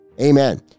amen